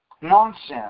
nonsense